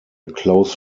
close